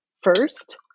first